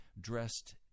dressed